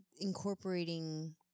incorporating